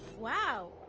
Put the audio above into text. wow.